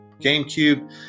GameCube